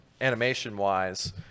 animation-wise